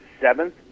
seventh